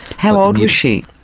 how old was she?